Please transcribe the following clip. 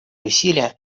усилия